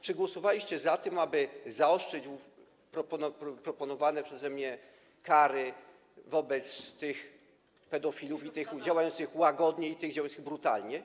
Czy głosowaliście za tym, aby zaostrzyć proponowane przeze mnie kary wobec tych pedofilów: i tych działających łagodnie, i tych działających brutalnie?